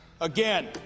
Again